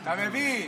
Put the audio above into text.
אתה מבין?